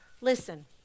Listen